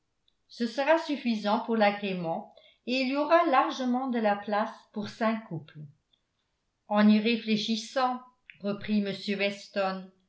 ce sera suffisant pour l'agrément et il y aura largement de la place pour cinq couples en y réfléchissant reprit m weston